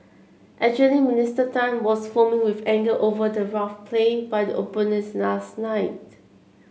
actually Minister Tan was foaming with anger over the rough play by the opponents last night